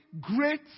great